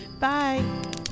Bye